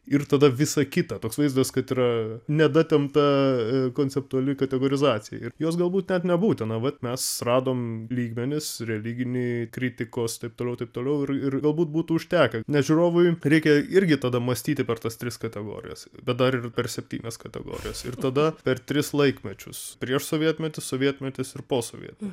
ir tada visa kita toks vaizdas kad yra nedatempta konceptuali kategorizacija ir jos galbūt net nebūtina vat mes radom lygmenis religinį kritikos taip toliau taip toliau ir ir galbūt būtų užtekę nes žiūrovui reikia irgi tada mąstyti per tas tris kategorijas bet dar ir per septynias kategorijas ir tada per tris laikmečius prieš sovietmetį sovietmetis ir po sovietmetis